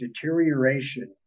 deterioration